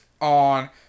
on